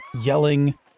yelling